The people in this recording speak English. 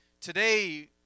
Today